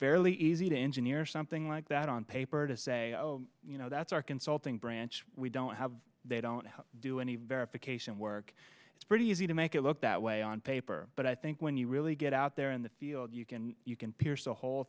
fairly easy to engineer something like that on paper to say oh you know that's our consulting branch we don't have they don't do any verification work it's pretty easy to make it look that way on paper but i think when you really get out there in the field you can you can pierce a hole